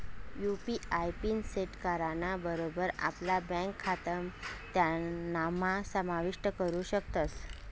UPI PIN set कराना बरोबर आपला ब्यांक खातं त्यानाम्हा समाविष्ट करू शकतस